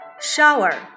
Shower